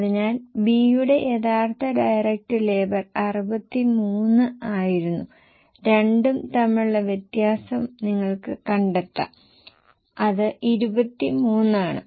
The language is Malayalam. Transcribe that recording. അതിനാൽ B യുടെ യഥാർത്ഥ ഡയറക്ട് ലേബർ 63 ആയിരുന്നു രണ്ടും തമ്മിലുള്ള വ്യത്യാസം നിങ്ങൾക്ക് കണ്ടെത്താം അത് 23 ആണ്